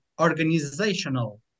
organizational